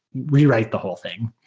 rewrite the whole thing.